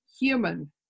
human